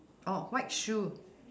oh white shoe